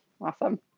awesome